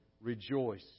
rejoice